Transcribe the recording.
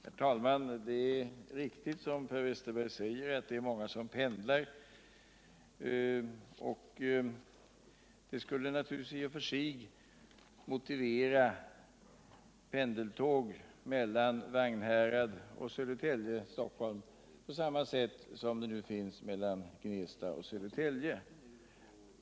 Herr talman! Det är riktigt som Per Westerberg säger att det är många som pendlar. Detta skulle naturligtvis i och för sig kunna motivera pendeltåg mellan Vagnhärad och Södertälje-Stockholm på samma sätt som det finns sådana mellan Gnesta och Södertälje.